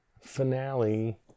finale